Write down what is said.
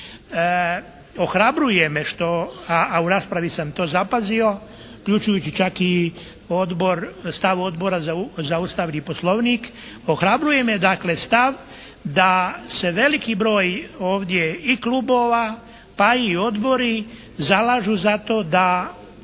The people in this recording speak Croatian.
Ohrabruje me što, a u raspravi sam to zapazio uključujući čak i odbor, stav Odbora za Ustav i Poslovnik, ohrabruje me dakle stav da se veliki broj ovdje i klubova, pa i odbori zalažu za to da